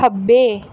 ਖੱਬੇ